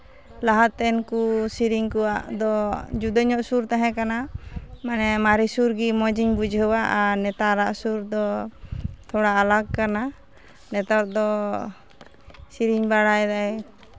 ᱞᱟᱦᱟ ᱛᱮᱱ ᱠᱚ ᱥᱮᱨᱮᱧ ᱠᱚᱣᱟᱜ ᱫᱚ ᱡᱩᱫᱟᱹ ᱧᱚᱜ ᱥᱩᱨ ᱛᱟᱦᱮᱸ ᱠᱟᱱᱟ ᱢᱟᱱᱮ ᱢᱟᱨᱮ ᱥᱩᱨ ᱜᱮ ᱢᱚᱡᱽ ᱤᱧ ᱵᱩᱡᱷᱟᱹᱣᱟ ᱟᱨ ᱱᱮᱛᱟᱨᱟᱜ ᱥᱩᱨ ᱫᱚ ᱛᱷᱚᱲᱟ ᱟᱞᱟᱜᱽ ᱠᱟᱱᱟ ᱱᱮᱛᱟᱨ ᱫᱚ ᱥᱮᱨᱮᱧ ᱵᱟᱲᱟᱭ ᱫᱟᱭ